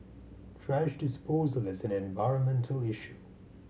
thrash disposal is an environmental issue